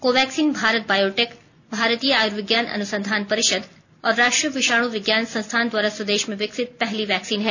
Covaxin Bharat Biotech भारतीय आयुर्विज्ञान अनुसंधान परिषद और राष्ट्रीय विषाणु विज्ञान संस्थान द्वारा स्वदेश में विकसित पहली वैक्सीन है